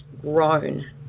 grown